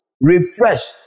Refresh